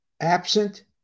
Absent